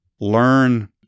learn